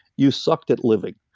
you sucked at living,